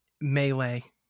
melee